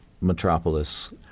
Metropolis